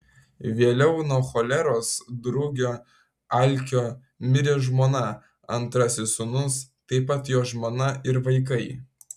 vėliau nuo choleros drugio alkio mirė žmona antrasis sūnus taip pat jo žmona ir vaikai